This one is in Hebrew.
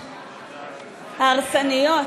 ההרסניות,